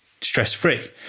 stress-free